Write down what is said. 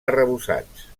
arrebossats